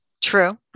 True